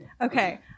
Okay